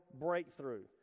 breakthrough